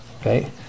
okay